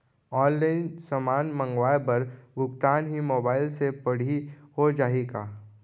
Online समान मंगवाय बर भुगतान भी मोबाइल से पड़ही हो जाही का?